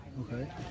Okay